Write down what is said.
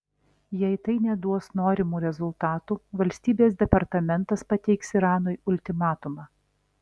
jei tai neduos norimų rezultatų valstybės departamentas pateiks iranui ultimatumą